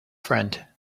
friend